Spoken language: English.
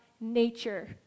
nature